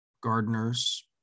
gardeners